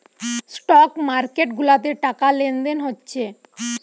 stock market গুলাতে টাকা লেনদেন হচ্ছে